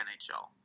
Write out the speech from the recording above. NHL